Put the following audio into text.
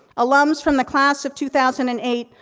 alums from the class of two thousand and eight,